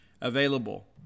available